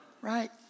right